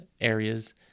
areas